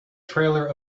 trailer